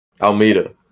Almeida